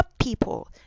people